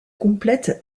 complètent